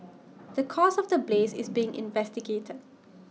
the cause of the blaze is being investigated